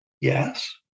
Yes